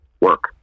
work